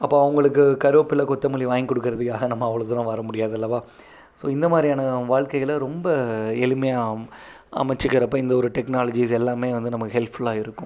அப்போது அவங்களுக்கு கருவேப்பிலை கொத்தமல்லி வாங்கி கொடுக்குறதுக்காக நம்ம அவ்வளோ தூரம் வர முடியாது அல்லவா ஸோ இந்தமாதிரியான வாழ்க்கைகளை ரொம்ப எளிமையாக அமைச்சிக்கிறப்போ இந்த ஒரு டெக்னாலஜிஸ் எல்லாமே வந்து நமக்கு ஹெல்ப்ஃபுல்லாக இருக்கும்